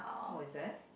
oh is it